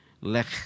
Lech